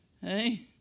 Hey